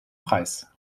preis